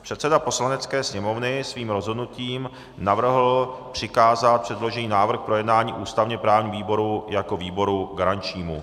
Předseda Poslanecké sněmovny svým rozhodnutím navrhl přikázat předložený návrh k projednání ústavněprávnímu výboru jako výboru garančnímu.